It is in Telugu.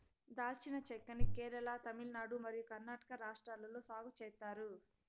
దాల్చిన చెక్క ని కేరళ, తమిళనాడు మరియు కర్ణాటక రాష్ట్రాలలో సాగు చేత్తారు